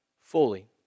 fully